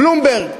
בלומברג.